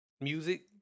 music